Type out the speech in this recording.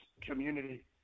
community